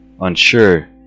Unsure